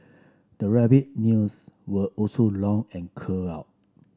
the rabbit nails were also long and curled up